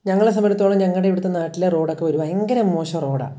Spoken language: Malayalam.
ഞങ്ങളെ സംബന്ധിച്ചെടുത്തോളം ഞങ്ങളുടെ ഇവിടുത്തെ നാട്ടിലെ റോഡൊക്കെ ഒരു ഭയങ്കര മോശം റോഡാണ്